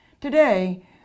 Today